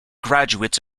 graduates